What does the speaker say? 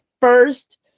first